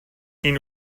این